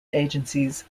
agencies